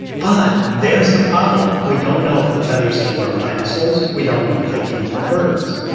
but there is the problem we don't know if the feathers came from dinosaurs, we don't know if they came from birds.